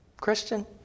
Christian